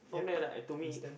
yup understand